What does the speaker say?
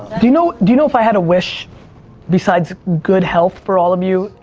do you know do you know if i had a wish besides good health for all of you,